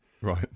Right